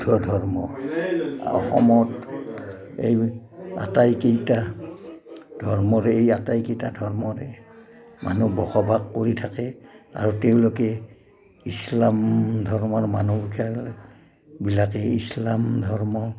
বুদ্ধ ধৰ্ম অসমত এই আটাইকেইটা ধৰ্মৰে এই আটাইকেইটা ধৰ্মৰে মানুহ বসবাস কৰি থাকে আৰু তেওঁলোকে ইছলাম ধৰ্মৰ মানুহ মানুহবিলাকে ইছলাম ধৰ্ম